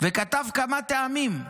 וכתב כמה טעמים,